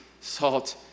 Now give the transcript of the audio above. salt